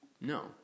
No